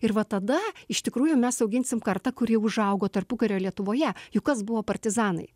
ir va tada iš tikrųjų mes auginsim kartą kuri užaugo tarpukario lietuvoje juk kas buvo partizanai